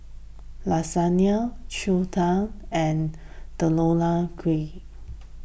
Lasagne Zosui and Deodeok Gui